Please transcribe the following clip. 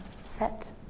set